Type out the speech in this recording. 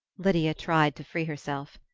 lydia tried to free herself.